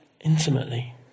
intimately